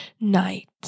night